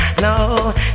No